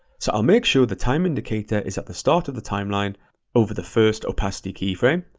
so i'll make sure the time indicator is at the start of the timeline over the first opacity keyframe.